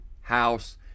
house